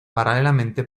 paralelamente